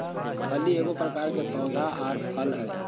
फली एगो प्रकार के पौधा आर फल हइ